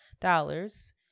dollars